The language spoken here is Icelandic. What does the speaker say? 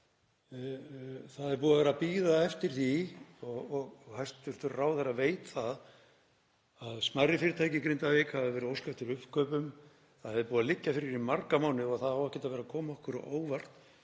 Það er búið að vera að bíða eftir því og hæstv. ráðherra veit það að smærri fyrirtæki í Grindavík hafa verið að óska eftir uppkaupum. Það er búið að liggja fyrir í marga mánuði og það á ekkert að vera að koma okkur á óvart